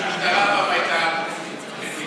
שהמשטרה פעם הייתה מטילה.